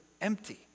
empty